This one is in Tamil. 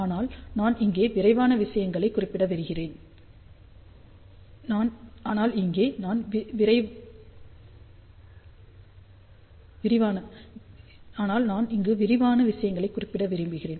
ஆனால் நான் இங்கே விரைவான விஷயங்களைக் குறிப்பிட விரும்புகிறேன்